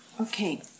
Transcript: Okay